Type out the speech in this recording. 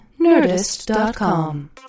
Nerdist.com